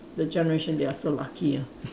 the generation they are so lucky ah